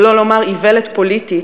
שלא לומר איוולת פוליטית,